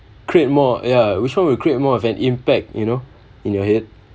create more ya which one will create more of an impact you know in your head